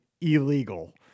illegal